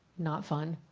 not fun.